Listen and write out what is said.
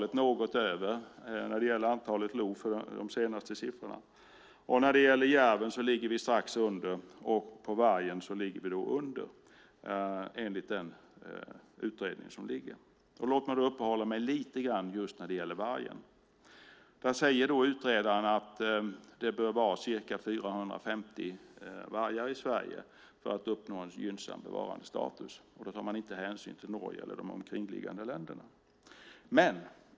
Det är något över när det gäller antalet lodjur i de senaste siffrorna. När det gäller järven ligger vi strax under. Och beträffande vargen ligger vi under, enligt den utredning som föreligger. Låt mig uppehålla mig lite grann just vid vargen. Utredaren säger att det bör vara ca 450 vargar i Sverige för att man ska uppnå en gynnsam bevarandestatus. Då tar man inte hänsyn till Norge eller de omkringliggande länderna.